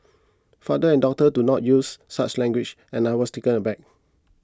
fathers and daughters do not use such language and I was taken aback